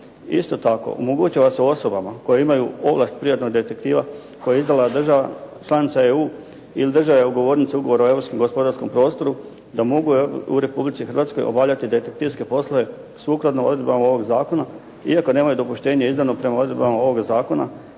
Isto tako, omogućava se osobama koje imaju ovlast privatnog detektiva koje je izdala država članica EU ili državne ugovornice ugovora o europskom gospodarskom prostoru da mogu u Republici Hrvatskoj obavljati detektivske poslove sukladno odredbama ovog zakona iako nemaju dopuštenje izdano prema odredbama ovoga zakona,